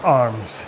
arms